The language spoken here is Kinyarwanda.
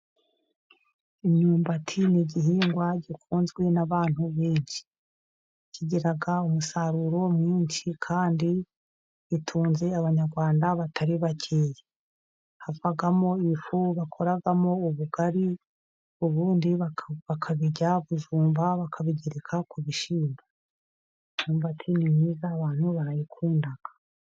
Imyumbati ni igihingwa gikunzwe n'abantu benshi kigira umusaruro mwinshi, kandi gitunze Abanyarwanda batari bake. Havamo ifu bakoramo ubugari, ubundi bakayirya bujumba, bakayigereka ku bishyimbo, abantu barayikunda.